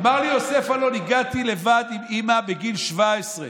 אמר לי יוסף אלון: הגעתי לבד עם אימא בגיל 17,